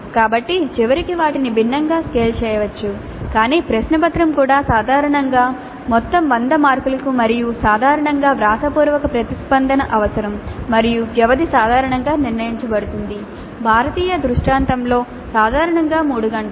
కాబట్టి చివరికి వాటిని భిన్నంగా స్కేల్ చేయవచ్చు కానీ ప్రశ్నపత్రం కూడా సాధారణంగా మొత్తం 100 మార్కులకు మరియు సాధారణంగా వ్రాతపూర్వక ప్రతిస్పందన అవసరం మరియు వ్యవధి సాధారణంగా నిర్ణయించబడుతుంది భారతీయ దృష్టాంతంలో సాధారణంగా 3 గంటలు